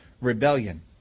rebellion